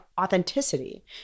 authenticity